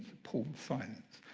appalled silence.